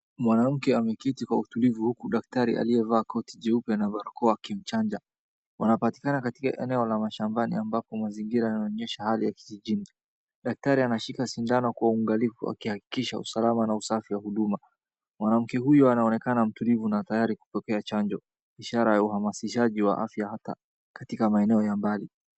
Mwanamke ameketi kwa utulivu huku daktari aliyevaa koti jeupe na barakoa akimchanja. Wanapatikana katika eneo la mashambani ambapo mazingira yanaonyesha hali ya kijijini. Daktari anashika sindano kwa uangalifu akihakikisha usalama na usafi wa huduma. Mwanamke huyu anaonekana mtulivu na tayari kupokea chanjo ishara ya uhamasishaji wa afya hata katika maeneo ya mbali.